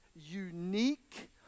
unique